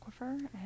aquifer